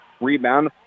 Rebound